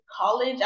college